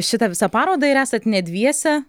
šitą visą parodą ir esat ne dviese